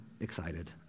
excited